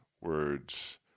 words